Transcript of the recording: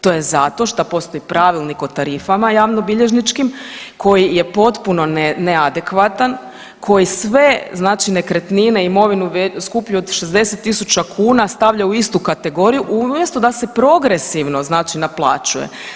To je zato šta postoji pravilnik o tarifama javnobilježničkim koji je potpuno neadekvatan, koji sve znači nekretnine i imovinu skuplju od 60 tisuća kuna stavlja u istu kategoriju umjesto da se progresivno znači naplaćuje.